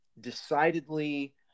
decidedly